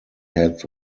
had